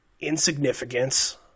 insignificance